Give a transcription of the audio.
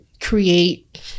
create